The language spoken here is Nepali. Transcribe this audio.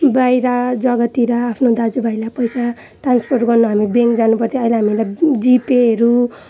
बाहिर जग्गातिर आफ्नो दाजुभाइलाई पैसा ट्रान्सफर गर्न हामी ब्याङ्क जानुपर्थ्यो अहिले हामीलाई जिपेहरू